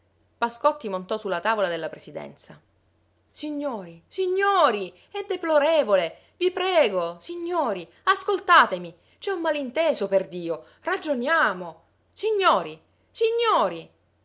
pascotti montò su la tavola della presidenza signori signori è deplorevole i prego signori ascoltatemi c'è un malinteso perdio ragioniamo signori signori